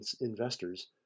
investors